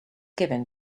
given